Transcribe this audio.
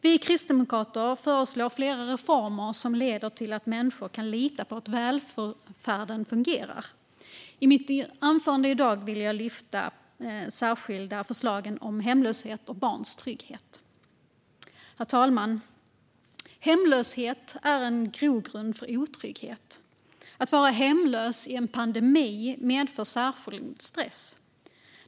Vi kristdemokrater föreslår flera reformer som leder till att människor kan lita på att välfärden fungerar. I mitt anförande vill jag särskilt lyfta fram förslagen om hemlöshet och om barns trygghet. Herr talman! Hemlöshet är en grogrund för otrygghet. Att vara hemlös i en pandemi medför särskild stress.